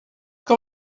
què